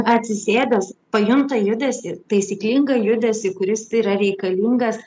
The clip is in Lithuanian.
atsisėdęs pajunta judesį taisyklingą judesį kuris yra reikalingas